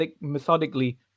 methodically